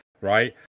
right